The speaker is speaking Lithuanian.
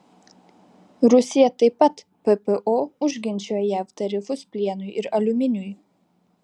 rusija taip pat ppo užginčijo jav tarifus plienui ir aliuminiui